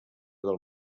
del